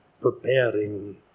preparing